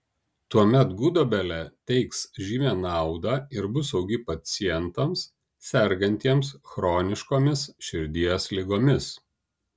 tuomet gudobelė teiks žymią naudą ir bus saugi pacientams sergantiems chroniškomis širdies ligomis